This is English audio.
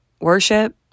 worship